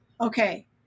Okay